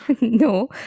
No